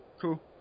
cool